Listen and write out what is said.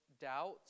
doubts